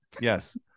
Yes